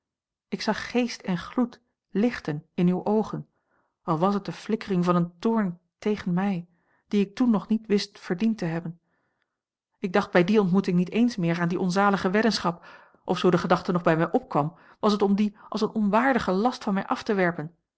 ik zag geest en gloed lichten in uwe oogen al was het de flikkering van een toorn tegen mij die ik toen nog niet wist verdiend te hebben ik dacht bij die ontmoeting niet eens meer aan die onzalige weddenschap of zoo de gedachte nog bij mij opkwam was het om die als een onwaardigen last van mij af te werpen